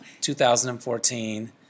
2014